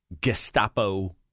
Gestapo